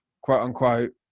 quote-unquote